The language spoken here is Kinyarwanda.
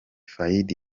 faïd